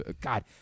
God